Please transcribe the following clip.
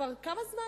כבר כמה זמן,